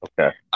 Okay